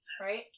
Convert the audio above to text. right